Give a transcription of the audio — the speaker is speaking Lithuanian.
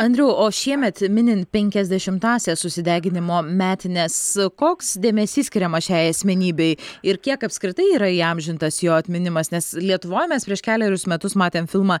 andriau o šiemet minint penkiasdešimtąsias susideginimo metines koks dėmesys skiriamas šiai asmenybei ir kiek apskritai yra įamžintas jo atminimas nes lietuvoj mes prieš kelerius metus matėm filmą